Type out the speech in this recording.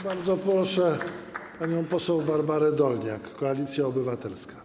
Bardzo proszę panią poseł Barbarę Dolniak, Koalicja Obywatelska.